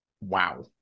Wow